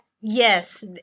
Yes